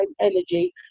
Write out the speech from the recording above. energy